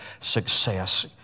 success